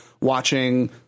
watching